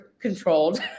controlled